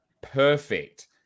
perfect